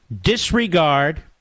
disregard